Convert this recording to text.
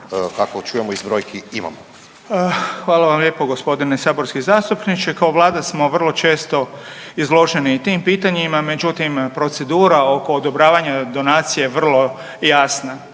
kako čujemo iz brojki, imamo? **Beroš, Vili (HDZ)** Hvala vam lijepo g. saborski zastupniče. Kao Vlada smo vrlo često izloženi i tim pitanjima, međutim, procedura oko odobravanja donacije je vrlo jasna.